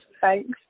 Thanks